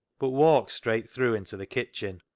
but walked straight through into the kitchen.